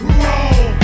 roll